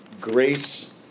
grace